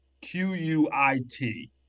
Q-U-I-T